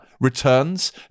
returns